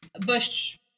Bush